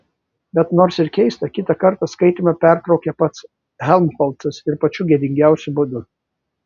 bet nors ir keista kitą kartą skaitymą pertraukė pats helmholcas ir pačiu gėdingiausiu būdu